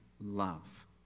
love